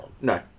No